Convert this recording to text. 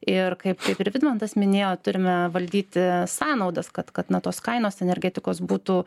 ir kaip ir vidmantas minėjo turime valdyti sąnaudas kad kad na tos kainos energetikos būtų